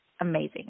amazing